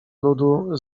ludu